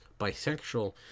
bisexual